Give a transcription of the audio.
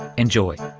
enjoy.